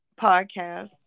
podcast